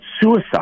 suicide